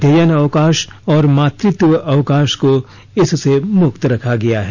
अध्ययन अवकाश और मातृत्व अवकाश को इससे मुक्त रखा गया है